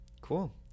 Cool